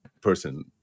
person